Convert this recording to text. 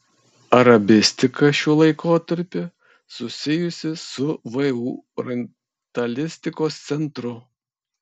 arabistika šiuo laikotarpiu susijusi su vu orientalistikos centru